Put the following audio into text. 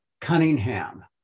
Cunningham